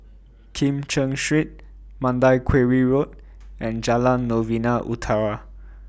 Kim Cheng Street Mandai Quarry Road and Jalan Novena Utara